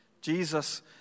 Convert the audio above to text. Jesus